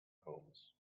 homes